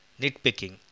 nitpicking